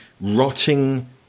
rotting